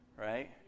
right